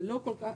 זה לא עובד ככה.